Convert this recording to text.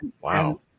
wow